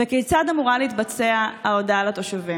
וכיצד אמורה להתבצע ההודעה לתושבים?